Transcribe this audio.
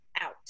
out